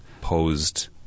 posed